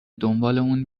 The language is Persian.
دنبالمون